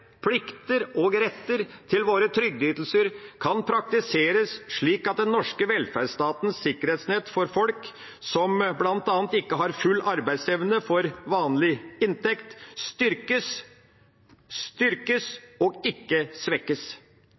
våre trygdeytelser, kan praktiseres slik at den norske velferdsstatens sikkerhetsnett for at folk som bl.a. ikke har full arbeidsevne, får vanlig inntekt, styrkes, ikke svekkes. Plikten må bli tydeligere og praktiseres slik at ikke nivået på velferdsytelsene svekkes